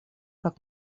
как